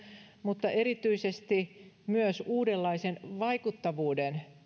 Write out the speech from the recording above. mutta erityisesti myös uudenlaisen vaikuttavuuden